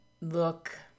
look